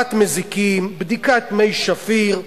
הדברת מזיקים, בדיקת מי שפיר,